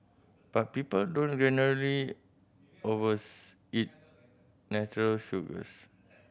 but people don't generally overs eat natural sugars